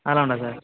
அதலாம் உண்டா சார்